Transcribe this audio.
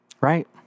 Right